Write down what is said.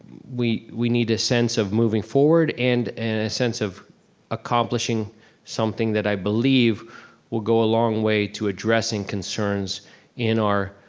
we we need a sense of moving forward and and a sense of accomplishing something that i believe will go a long way to addressing concerns in our.